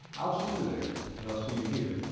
i'll see you there and i'll see you here,